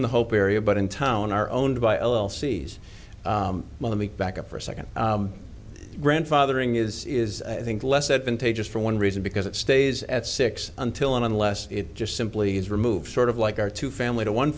in the hope area but in town are owned by l l c s well let me back up for a second grandfathering is is i think less advantageous for one reason because it stays at six until and unless it just simply is removed sort of like our two family to one